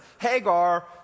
Hagar